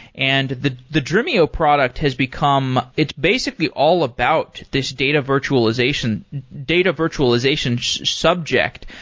and the the dremio product has become it's basically all about this data virtualization data virtualization so subject.